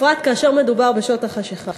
בפרט כאשר מדובר בשעות החשכה.